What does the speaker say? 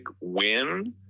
win